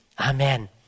Amen